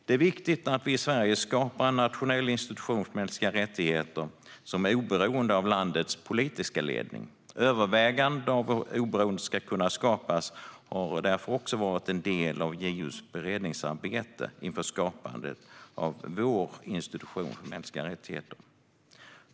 Det är viktigt att vi i Sverige skapar en nationell institution för mänskliga rättigheter som är oberoende av landets politiska ledning, och även överväganden av hur oberoendet ska kunna skapas har därför varit en del av JO:s beredningsarbete inför skapandet av vår institution för mänskliga rättigheter.